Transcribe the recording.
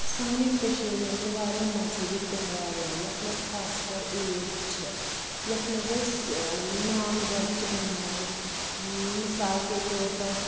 سانہِ کٔشیٖر منٛز چھِ واریاہ مذہبی تہوار یِوان یَتھ منٛز خاص کَر عیٖد چھِ یَتھ منٛز أسۍ نان ویج چھِ بَناوان مِثال کے طور پَر